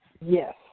Yes